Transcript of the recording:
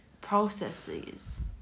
processes